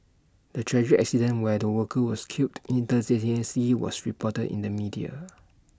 the tragic accident where the worker was killed instantaneously was reported in the media